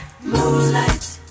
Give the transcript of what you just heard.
Moonlight